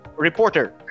reporter